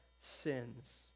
sins